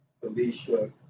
Felicia